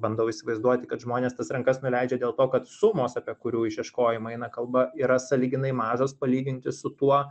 bandau įsivaizduoti kad žmonės tas rankas nuleidžia dėl to kad sumos apie kurių išieškojimą eina kalba yra sąlyginai mažos palyginti su tuo